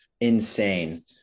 insane